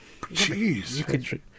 Jeez